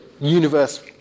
universe